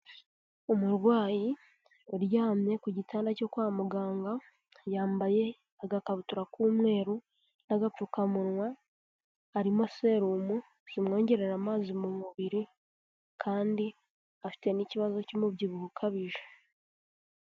Umurwayi uryamye ku gitanda cyo kwa muganga yambaye agakabutura k'umweru n'agapfukamunwa, arimo serumu zimwongerera amazi mu mubiri kandi afite n'ikibazo cy'umubyibuho ukabije.